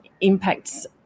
Impact's